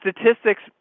Statistics